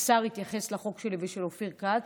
התייחס לחוק שלי ושל אופיר כץ,